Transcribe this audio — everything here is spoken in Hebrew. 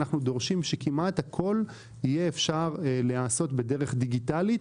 אנחנו דורשים שכמעט הכול יהיה אפשר לעשות בדרך דיגיטלית